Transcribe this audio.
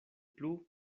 plu